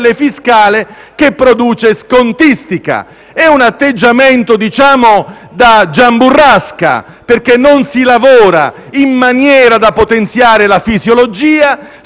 fiscale, che produce scontistica. È un atteggiamento da Gian Burrasca, perché non si lavora in maniera da potenziare la fisiologia,